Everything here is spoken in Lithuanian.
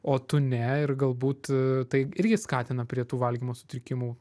o tu ne ir galbūt tai irgi skatina prie tų valgymo sutrikimų